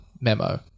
memo